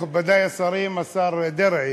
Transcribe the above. לפי הרשימה זה דני עטר,